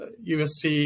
UST